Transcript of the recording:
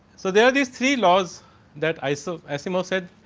so, they are the three laws that isaac of asimov said.